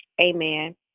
Amen